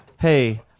Hey